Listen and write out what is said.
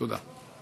תודה.